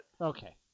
Okay